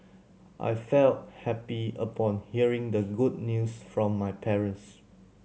I felt happy upon hearing the good news from my parents